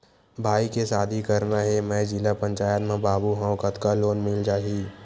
भाई के शादी करना हे मैं जिला पंचायत मा बाबू हाव कतका लोन मिल जाही?